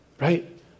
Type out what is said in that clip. Right